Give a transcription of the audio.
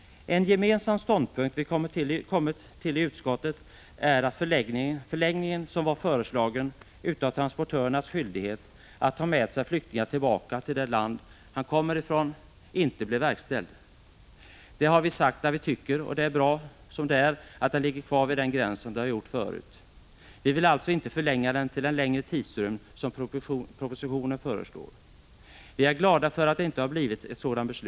En gemensam ståndpunkt vi har kommit fram till i utskottet är att den förlängning som föreslogs beträffande transportörernas skyldighet att ta med sig flyktingen tillbaka till det land han kommer ifrån inte skall verkställas. Vi har sagt att vi tycker att det är bra som det är och att den gräns som gällde tidigare får gälla i fortsättningen. Vi vill alltså inte förlänga den till den längre tidrymd som regeringen föreslår i propositionen. Vi är glada för att ett sådant beslut inte har fattats.